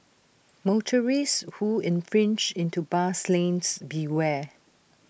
motorists who infringe into bus lanes beware